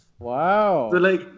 Wow